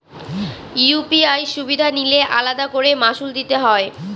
UPI সুবিধা নিলে আলাদা করে মাসুল দিতে হয়?